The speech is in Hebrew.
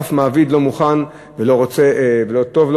אף מעביד לא מוכן ולא רוצה ולא טוב לו